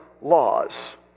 laws